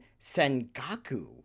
Sengaku